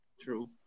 True